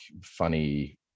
funny